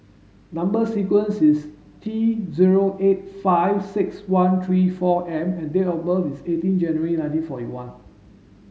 number sequence is T zero eight five six one three four M and date of birth is eighteen January nineteen forty one